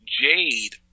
Jade